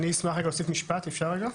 אני אשמח רגע להוסיף משפט, אפשר רגע?